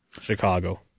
Chicago